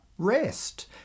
rest